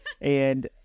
And-